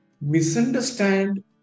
misunderstand